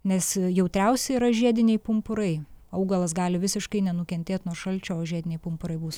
nes jautriausi yra žiediniai pumpurai augalas gali visiškai nenukentėt nuo šalčio o žiediniai pumpurai bus